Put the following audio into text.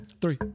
Three